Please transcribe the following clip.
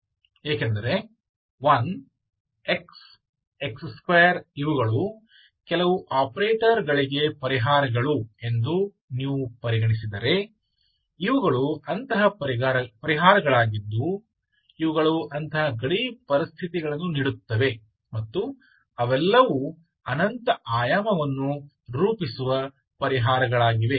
ಏಕೆಂದರೆ 1 x x2 ಇವುಗಳು ಕೆಲವು ಆಪರೇಟರ್ ಗಳಿಗೆ ಪರಿಹಾರಗಳು ಎಂದು ನೀವು ಪರಿಗಣಿಸಿದರೆ ಇವುಗಳು ಅಂತಹ ಪರಿಹಾರಗಳಾಗಿದ್ದು ಇವುಗಳು ಅಂತಹ ಗಡಿ ಪರಿಸ್ಥಿತಿಗಳನ್ನು ನೀಡುತ್ತವೆ ಮತ್ತು ಅವೆಲ್ಲವೂ ಅನಂತ ಆಯಾಮವನ್ನು ರೂಪಿಸುವ ಪರಿಹಾರಗಳಾಗಿವೆ